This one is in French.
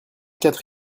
quatre